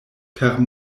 per